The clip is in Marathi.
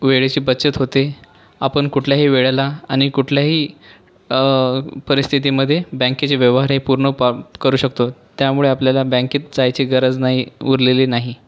वेळेची बचत होते आपण कुठल्याही वेळेला आणि कुठल्याही परिस्थितीमध्ये बँकेचे व्यवहार हे पूर्ण पा करू शकतो त्यामुळे आपल्याला बँकेत जायची गरज नाही उरलेली नाही